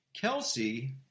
Kelsey